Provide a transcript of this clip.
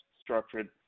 structured